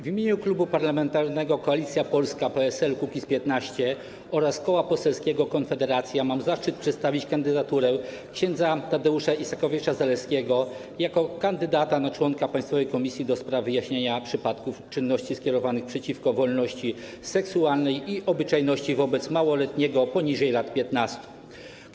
W imieniu Klubu Parlamentarnego Koalicja Polska - PSL - Kukiz15 oraz Koła Poselskiego Konfederacja mam zaszczyt przedstawić kandydaturę ks. Tadeusza Isakowicza-Zaleskiego jako kandydata na członka Państwowej Komisji do spraw wyjaśniania przypadków czynności skierowanych przeciwko wolności seksualnej i obyczajności wobec małoletniego poniżej lat 15.